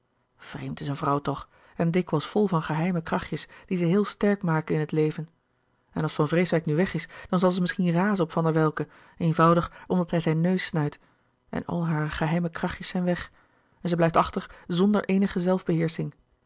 vreemd is een vrouw toch en dikwijls vol van geheime krachtjes die ze heel sterk maken in het leven en als van vreeswijck nu weg is dan zal ze misschien razen op van der welcke eenvoudig omdat hij zijn neus snuit en al hare geheime krachtjes zijn weg en ze blijft achter zonder eenige